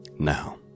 Now